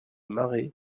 marais